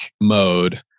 mode